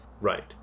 Right